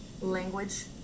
language